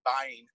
buying